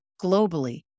globally